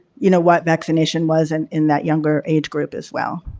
you know, what vaccination was and in that younger age group as well.